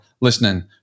listening